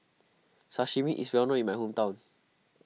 Sashimi is well known in my hometown